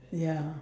ya